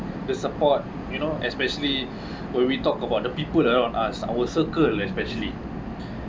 the support you know especially when we talk about the people around us our circle especially